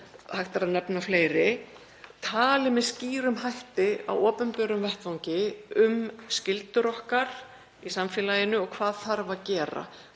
hægt er að nefna fleiri, tali með skýrum hætti á opinberum vettvangi um skyldur okkar í samfélaginu og hvað þarf að gera.